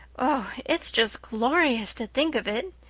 oh, it's just glorious to think of it.